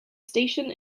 station